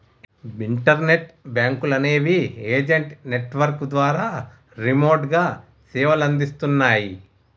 internet బ్యేంకులనేవి agent network ద్వారా రిమోట్గా సేవలనందిస్తన్నయ్